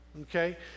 okay